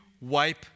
wipe